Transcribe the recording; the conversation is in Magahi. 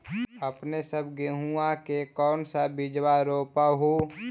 अपने सब गेहुमा के कौन सा बिजबा रोप हू?